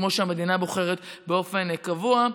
כמו שהמדינה בוחרת באופן קבוע.